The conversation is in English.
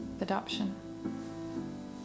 adoption